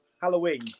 Halloween